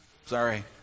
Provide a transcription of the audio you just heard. sorry